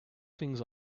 things